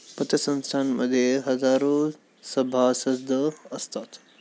पतसंस्थां मध्ये हजारो सभासद असतात